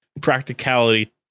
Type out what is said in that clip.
practicality